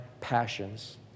passions